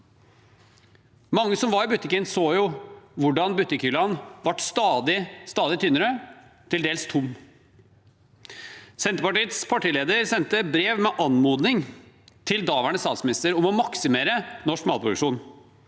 Mange som var i butikken, så hvordan det stadig ble tynnere i butikkhyllene, til dels tomt. Senterpartiets partileder sendte brev med anmodning til daværende statsminister om å maksimere norsk matproduksjon,